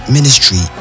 Ministry